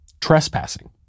trespassing